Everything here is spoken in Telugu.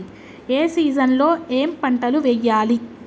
ఏ సీజన్ లో ఏం పంటలు వెయ్యాలి?